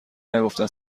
نگفتن